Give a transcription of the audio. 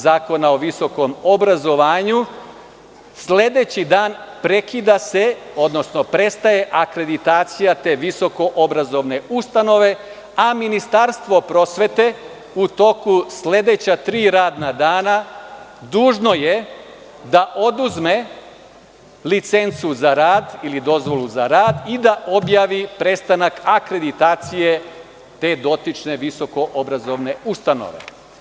Zakona o visokom obrazovanju, sledeći dan prekida se odnosno prestaje akreditacija te visoko obrazovne ustanove, a Ministarstvo prosvete u toku sledeća tri radna dana dužno je da oduzme licencu za rad i da objavi prestanak akreditacije te dotične visoko obrazovne ustanove“